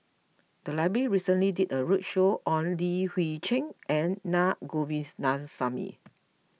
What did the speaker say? the library recently did a roadshow on Li Hui Cheng and Na Govindasamy